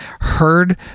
heard